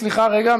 סליחה רגע,